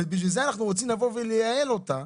בשביל זה אנחנו רוצים לבוא ולייעל אותה,